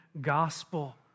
gospel